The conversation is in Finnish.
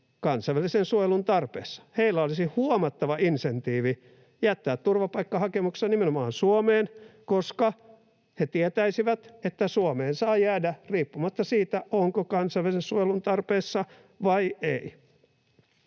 kansainvälisen suojelun tarpeessa. Heillä olisi huomattava insentiivi jättää turvapaikkahakemuksensa nimenomaan Suomeen, koska he tietäisivät, että Suomeen saa jäädä riippumatta siitä, onko kansainvälisen suojelun tarpeessa vai ei.